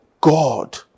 God